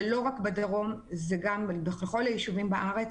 זה לא רק בדרום אלא בכל הישובים בארץ,